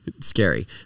Scary